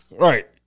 Right